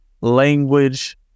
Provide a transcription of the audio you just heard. language